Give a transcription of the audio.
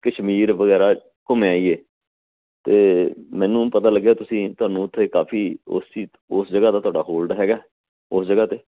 ਕਸ਼ਮੀਰ ਵਗੈਰਾ ਘੁੰਮ ਆਈਏ ਅਤੇ ਮੈਨੂੰ ਪਤਾ ਲੱਗਿਆ ਤੁਸੀਂ ਤੁਹਾਨੂੰ ਉੱਥੇ ਕਾਫੀ ਉਸ ਚੀਜ਼ ਉਸ ਜਗ੍ਹਾ ਦਾ ਤੁਹਾਡਾ ਹੋਲਡ ਹੈਗਾ ਉਸ ਜਗ੍ਹਾ 'ਤੇ